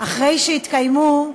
אחרי שהתקיימו,